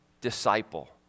disciple